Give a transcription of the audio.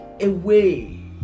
away